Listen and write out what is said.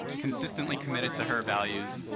consistently committed to her values,